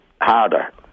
harder